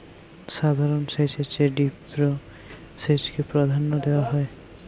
সাধারণ সেচের চেয়ে ড্রিপ সেচকে প্রাধান্য দেওয়া হয়